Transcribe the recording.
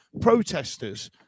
protesters